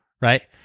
Right